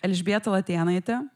elžbieta latėnaitė